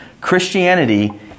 Christianity